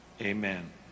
Amen